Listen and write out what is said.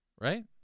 Right